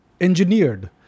engineered